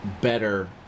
better